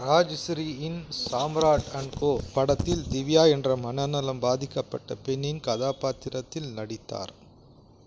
ராஜ்ஸ்ரீயின் Samrat and co படத்தில் திவ்யா என்ற மனநலம் பாதிக்கப்பட்ட பெண்ணின் கதாபாத்திரத்தில் நடித்தார்